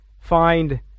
find